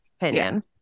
opinion